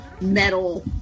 metal